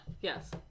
Yes